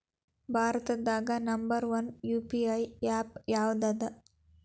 ಭಾರತದಾಗ number one UPI app ಯಾವದದ